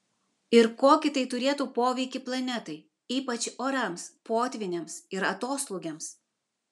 ir kokį tai turėtų poveikį planetai ypač orams potvyniams ir atoslūgiams